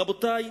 רבותי,